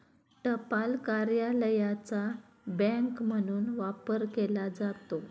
टपाल कार्यालयाचा बँक म्हणून वापर केला जातो